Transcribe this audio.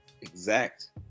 exact